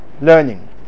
learning